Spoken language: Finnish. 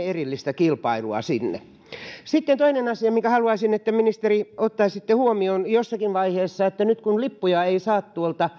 erillistä kilpailua sitten toinen asia minkä haluaisin että ministeri ottaisitte huomioon jossakin vaiheessa on että nyt kun lippuja ei saa